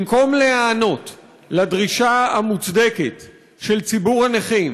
במקום להיענות לדרישה המוצדקת של ציבור הנכים